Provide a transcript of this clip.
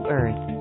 earth